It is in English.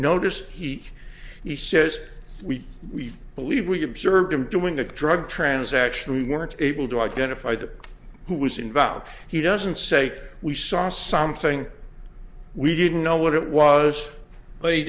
noticed he he says we we believe we observed him doing a drug transaction weren't able to identify the who was involved he doesn't say we saw something we didn't know what it was but he